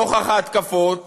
נוכח התקפות